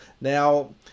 now